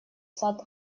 сад